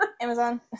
Amazon